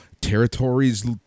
territories